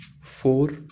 four